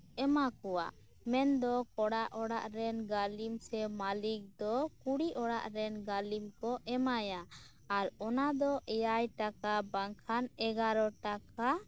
ᱮᱢᱟᱠᱚᱣᱟ ᱢᱮᱱᱫᱚ ᱠᱚᱲᱟ ᱚᱲᱟᱜ ᱨᱮᱱ ᱜᱟᱹᱞᱤᱢ ᱥᱮ ᱢᱟᱹᱞᱤᱠ ᱫᱚ ᱠᱩᱲᱤ ᱚᱲᱟᱜ ᱨᱮᱱ ᱜᱟᱹᱞᱤᱢ ᱠᱚ ᱮᱢᱟᱭᱟ ᱟᱨ ᱚᱱᱟᱫᱚ ᱮᱭᱟᱭ ᱴᱟᱠᱟ ᱵᱟᱝ ᱠᱷᱟᱱ ᱮᱜᱟᱨᱚ ᱴᱟᱠᱟ